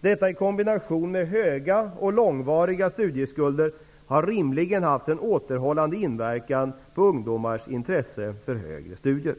Detta i kombination med höga och långvariga studieskulder har rimligen haft en återhållande inverkan på ungdomars intresse för högre studier.